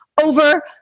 over